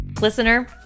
Listener